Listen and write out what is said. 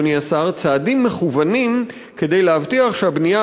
נדרשים צעדים מכוונים כדי להבטיח שהבנייה